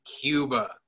cuba